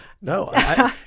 no